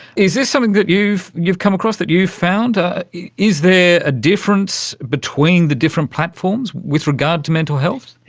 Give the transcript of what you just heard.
is this something that you've you've come across, that you've found? ah is there a difference between the different platforms with regard to mental health?